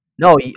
No